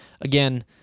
Again